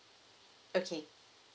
okay